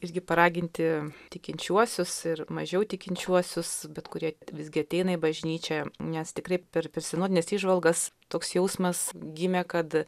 visgi paraginti tikinčiuosius ir mažiau tikinčiuosius bet kurie visgi ateina į bažnyčią nes tikrai per sinodines įžvalgas toks jausmas gimė kad